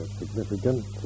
significant